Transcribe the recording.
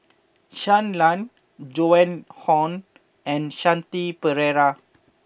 Shui Lan Joan Hon and Shanti Pereira